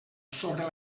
sobre